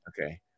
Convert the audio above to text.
Okay